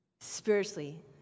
spiritually